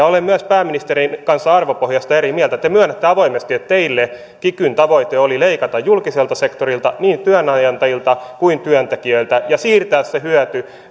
olen pääministerin kanssa myös arvopohjasta eri mieltä te myönnätte avoimesti että teille kikyn tavoite oli leikata julkiselta sektorilta niin työnantajilta kuin työntekijöiltä ja siirtää se hyöty